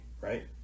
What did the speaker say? right